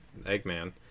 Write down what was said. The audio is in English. Eggman